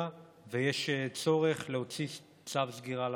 ויש צורך להוציא צו סגירה למקום.